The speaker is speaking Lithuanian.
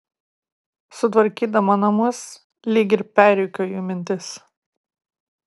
sutvarkydama namus lyg ir perrikiuoju mintis